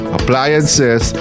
Appliances